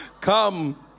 Come